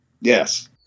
yes